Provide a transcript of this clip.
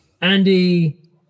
Andy